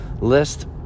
list